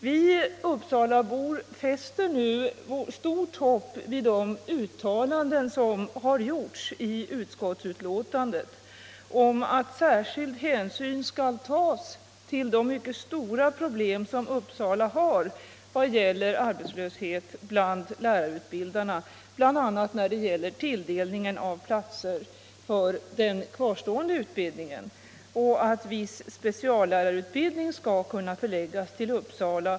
Vi uppsalabor fäster nu stort hopp vid de uttalanden som har gjorts i utskottsbetänkandet om att särskilda hänsyn skall tas — bl.a. vid tilldelningen av platser för den kvarstående utbildningen — till de mycket stora problem som Uppsala har när det gäller arbetslösheten bland lärarutbildarna och att viss speciallärarutbildning skall kunna förläggas till Uppsala.